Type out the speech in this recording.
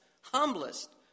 humblest